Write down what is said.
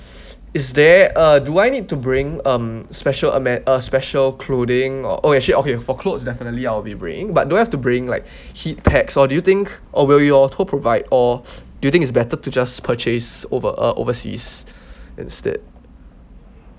is there uh do I need to bring um special ammo uh special clothing or oh actually okay for clothes definitely I'll be bringing but do I have to bring like heat packs or do you think or will your tour provide or do you think it's better to just purchase over uh overseas instead